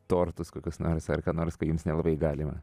tortus kokius nors ar ką nors ką jums nelabai galima